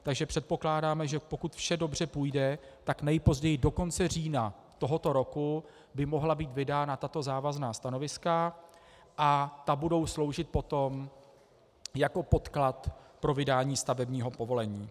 Takže předpokládáme, že pokud vše dobře půjde, tak nejpozději do konce října tohoto roku by mohla být vydána tato závazná stanoviska a ta budou sloužit potom jako podklad pro vydání stavebního povolení.